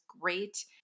great